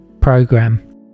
program